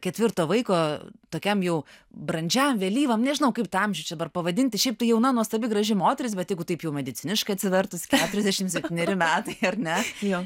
ketvirto vaiko tokiam jau brandžiam vėlyvam nežinau kaip tą amžių čia dar pavadinti šiaip tu jauna nuostabi graži moteris bet jeigu taip jau mediciniškai atsivertusi keturiasdešim septyneri metai ar ne